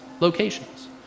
locations